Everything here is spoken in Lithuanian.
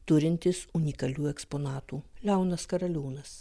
turintis unikalių eksponatų leonas karaliūnas